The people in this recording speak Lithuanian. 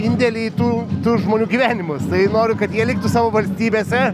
indėlį tų žmonių gyvenimus tai noriu kad jie liktų savo valstybėse